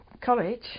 college